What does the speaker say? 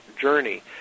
journey